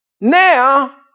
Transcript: Now